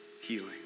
healing